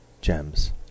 Gems